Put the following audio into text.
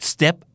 Step